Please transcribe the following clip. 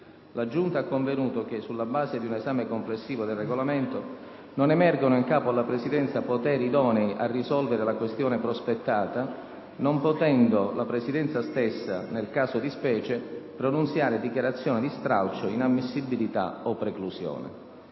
La Giunta ha convenuto che, sulla base di un esame complessivo del Regolamento, non emergono in capo alla Presidenza poteri idonei a risolvere la questione prospettata, non potendo la Presidenza stessa, nel caso di specie, pronunziare dichiarazioni di stralcio, inammissibilità o preclusione.